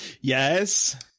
yes